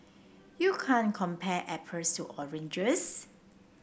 you can't compare apples to oranges